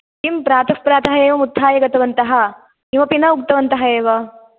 किं प्रातः प्रातः एवम् उत्थाय गतवन्तः किमपि न उक्तवन्तः एव